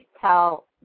tell